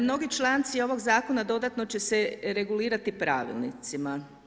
Mnogi članci ovog zakona dodatno će se regulirati pravilnicima.